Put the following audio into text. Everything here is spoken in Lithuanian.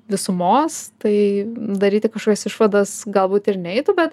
visumos tai daryti kažkokias išvadas galbūt ir neitų bet